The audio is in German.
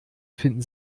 finden